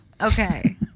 okay